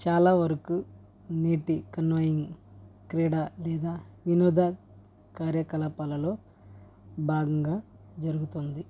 చాలా వరకు నేటి కనోయింగ్ క్రీడ లేదా వినోద కార్యకలాపాలలో భాగంగా జరుగుతుంది